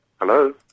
Hello